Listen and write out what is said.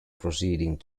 proceeding